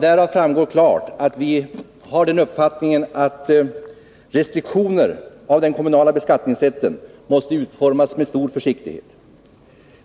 Därav framgår klart att vi har den uppfattningen att restriktioner i den kommunala beskattningsrätten måste utformas med stor försiktighet.